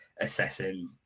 assessing